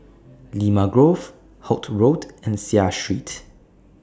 Limau Grove Holt Road and Seah Street